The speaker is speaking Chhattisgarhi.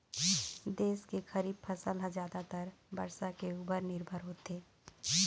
देश के खरीफ फसल ह जादातर बरसा के उपर निरभर होथे